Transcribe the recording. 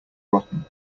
rotten